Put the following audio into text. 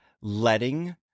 Letting